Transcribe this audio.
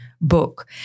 book